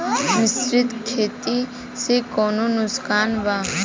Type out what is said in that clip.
मिश्रित खेती से कौनो नुकसान वा?